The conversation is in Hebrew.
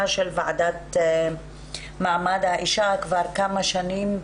של ועדת מעמד האישה כבר כמה שנים,